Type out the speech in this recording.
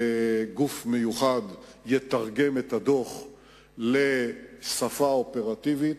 גוף מיוחד יתרגם את הדוח לשפה אופרטיבית,